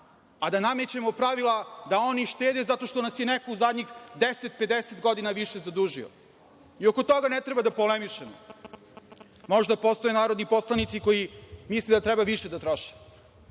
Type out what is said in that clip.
a da namećemo pravila da oni štede zato što nas je neko u zadnjih 10, 50 godina više zadužio. Oko toga ne treba da polemišemo. Možda postoje narodni poslanici koji misle da treba više da troše,